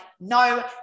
no